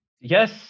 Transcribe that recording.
Yes